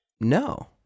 No